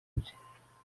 bye